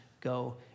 Go